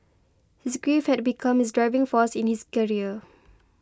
his grief had become his driving force in his career